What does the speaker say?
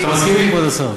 אתה מסכים אתי, כבוד השר?